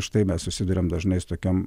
štai mes susiduriam dažnai tokiom